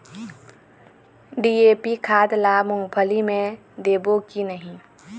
DAP खाद ला मुंगफली मे देबो की नहीं?